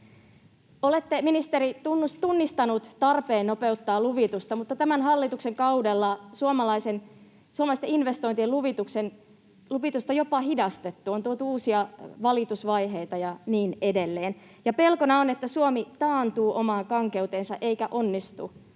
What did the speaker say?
Olette, ministeri, tunnistanut tarpeen nopeuttaa luvitusta, mutta tämän hallituksen kaudella suomalaisten investointien luvitusta on jopa hidastettu. On tuotu uusia valitusvaiheita ja niin edelleen, ja pelkona on, että Suomi taantuu omaan kankeuteensa eikä onnistu